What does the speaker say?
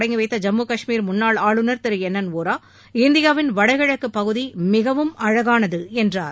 தொடங்கி வைத்த விழாவை ஜம்மு முன்னாள் ஆளுநர் திரு என் என் வோரா இந்தியாவின் வடகிழக்குப் பகுதி மிகவும் அழகானது என்றார்